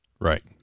Right